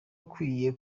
ukwiye